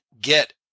get